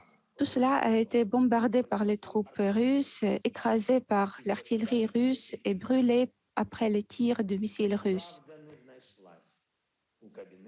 Tout cela a été bombardé par les troupes russes, écrasé par l'artillerie russe et brûlé par les tirs de missiles russes.